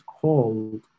called